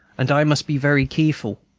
and i must be very keerful.